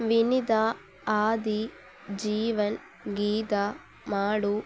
Vinitha Aadi Jeevan Geetha Malu